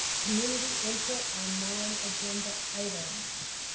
community input on non-agenda items.